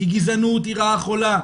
כי גזענות היא רעה חולה,